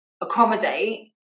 accommodate